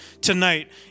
tonight